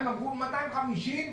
אמרו: 250,